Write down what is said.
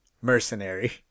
mercenary